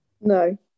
No